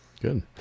Good